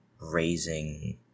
raising